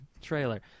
trailer